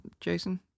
Jason